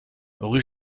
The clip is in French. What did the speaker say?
rue